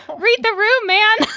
read the room, man,